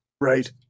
Right